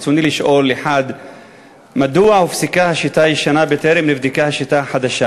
ברצוני לשאול: 1. מדוע הופסקה השיטה הישנה בטרם נבדקה השיטה החדשה?